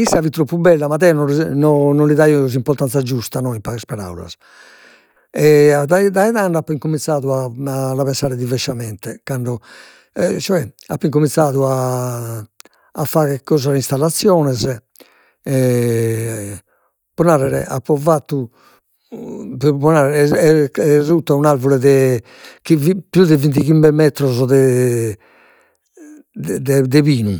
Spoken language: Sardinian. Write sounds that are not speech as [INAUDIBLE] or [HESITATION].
issa fit troppu bella ma deo no [HESITATION] no non li daio s'importanzia giusta no in pagas paraulas e dai dai tando apo incominzadu a [HESITATION] la pensare diversamente cando e cioè apo incominzadu [HESITATION] a fagher custas installaziones e [HESITATION] pro narrer apo fattu [HESITATION] pro narrer [UNINTELLIGIBLE] sutta un'arvure de chi fit pius de vintighimbe metros de de pinu